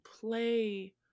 play